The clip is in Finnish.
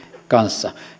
kanssa